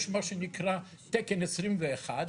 יש מה שנקרא תקן 21,